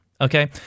okay